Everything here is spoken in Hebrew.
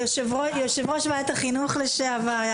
יושב-ראש ועדת החינוך לשעבר,